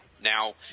Now